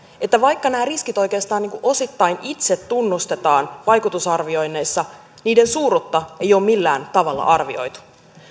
että vaikka nämä riskit oikeastaan osittain itse tunnustetaan vaikutusarvioinneissa niiden suuruutta ei ole millään tavalla arvioitu